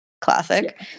Classic